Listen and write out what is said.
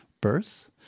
birth